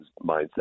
mindset